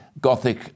Gothic